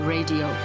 Radio